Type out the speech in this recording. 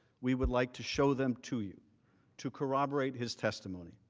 we would like to show them to you to cooperate his testimony